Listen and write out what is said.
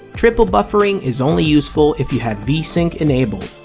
triple buffering is only useful if you have v-sync enabled,